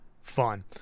fun